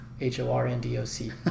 H-O-R-N-D-O-C